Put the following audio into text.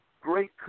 great